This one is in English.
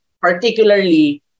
particularly